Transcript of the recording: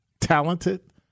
talented